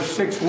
six